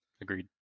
Agreed